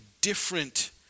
different